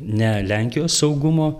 ne lenkijos saugumo